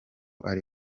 ari